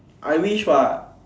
I wish what